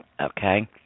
Okay